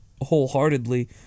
wholeheartedly